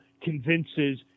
convinces